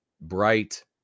bright